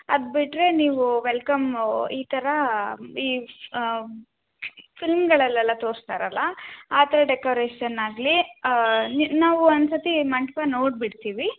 ಅದು ಬಿಟ್ಟರೆ ನೀವು ವೆಲ್ಕಮ್ ಈ ಥರ ಈ ಫಿಲ್ಮ್ಗಳಲೆಲ್ಲ ತೋರಿಸ್ತಾರಲ್ಲ ಆ ಥರ ಡೆಕೋರೇಷನ್ ಆಗಲಿ ಈ ನಾವು ಒಂದು ಸರ್ತಿ ಮಂಟಪ ನೋಡಿ ಬಿಡ್ತೀವಿ